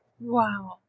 Wow